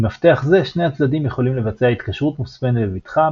עם מפתח זה שני הצדדים יכולים לבצע התקשרות מוצפנת בבטחה,